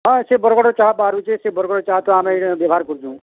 ହଁ ସେ ବରଗଡ଼ର ଚାହା ବାହାରୁଛି ସେ ବରଗଡ଼ର ଚାହା ତ ଆମେ ଏଇନେ ବ୍ୟବହାର୍ କରୁଛୁ